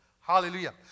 Hallelujah